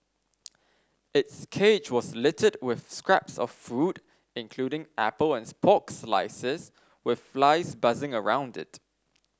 its cage was littered with scraps of food including apple and slices with flies buzzing around it